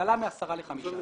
הגדלה מ-10 ל-15 אחוזים,